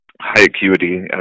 high-acuity